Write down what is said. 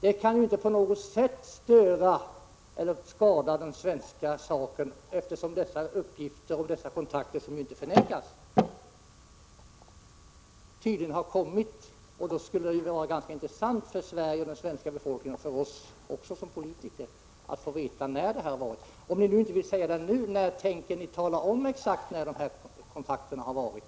Detta kan inte på något sätt skada den svenska saken, eftersom uppgifterna om kontakter, som inte förnekas, redan har lämnats. Det vore ganska intressant för Sveriges folk och för oss politiker att få veta när dessa kontakter har förekommit. Om ni inte vill säga det nu, när kommer ni att ge ett exakt besked om när dessa kontakter har förekommit?